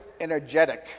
energetic